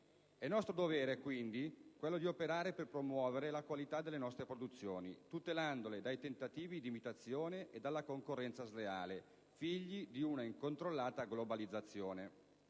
È nostro dovere, quindi, quello di operare per promuovere la qualità delle nostre produzioni, tutelandole dai tentativi di imitazione e dalla concorrenza sleale, figli di una incontrollata globalizzazione.